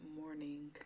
morning